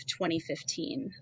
2015